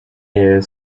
air